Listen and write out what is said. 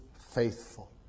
faithful